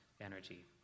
energy